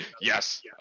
Yes